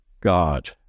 God